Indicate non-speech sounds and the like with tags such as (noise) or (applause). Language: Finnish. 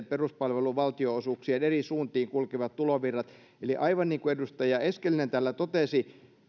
(unintelligible) peruspalvelujen valtionosuuksien eri suuntiin kulkevat tulovirrat eli aivan niin kuin edustaja eskelinen täällä totesi